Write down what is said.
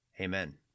Amen